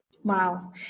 Wow